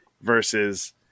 versus